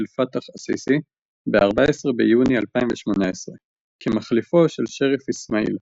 אל-פתאח א-סיסי ב-14 ביוני 2018 כמחליפו של שריף אסמאעיל